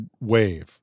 wave